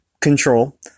Control